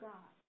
God